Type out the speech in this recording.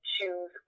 choose